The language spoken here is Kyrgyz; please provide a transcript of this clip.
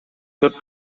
төрт